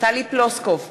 טלי פלוסקוב,